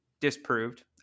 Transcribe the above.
disproved